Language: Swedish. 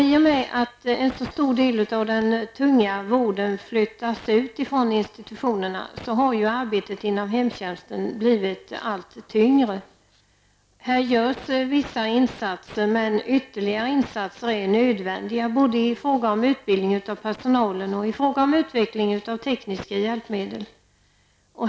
I och med att en så stor del av den tunga vården flyttas ut från institutionerna har arbetet inom hemtjänsten blivit allt tyngre. Här görs vissa insatser, men ytterligare insatser är nödvändiga båda i fråga om utbildning av personalen och i fråga om utveckling av tekniska hjälpmedel.